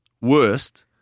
worst